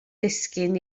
ddisgyn